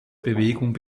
bewegung